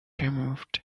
removed